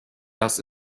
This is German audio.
das